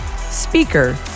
speaker